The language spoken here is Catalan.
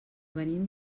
venim